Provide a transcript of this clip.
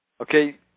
Okay